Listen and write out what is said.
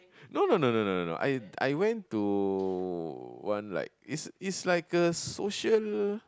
no no no no no no no I I went to one like it's it's like social